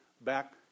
back